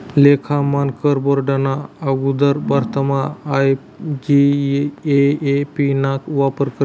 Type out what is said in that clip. लेखा मानकर बोर्डना आगुदर भारतमा आय.जी.ए.ए.पी ना वापर करेत